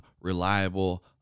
reliable